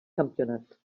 campionat